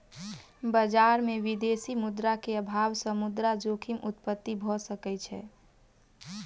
बजार में विदेशी मुद्रा के अभाव सॅ मुद्रा जोखिम उत्पत्ति भ सकै छै